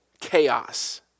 chaos